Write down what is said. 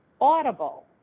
audible